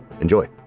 Enjoy